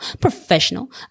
professional